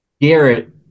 Garrett